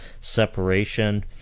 separation